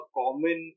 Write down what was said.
common